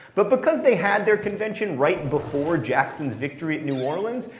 but because they had their convention right before jackson's victory at new orleans,